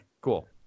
cool